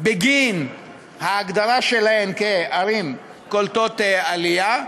בגין ההגדרה שלהן כערים קולטות עלייה,